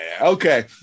okay